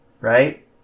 Right